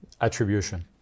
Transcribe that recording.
attribution